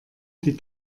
die